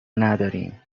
نداریم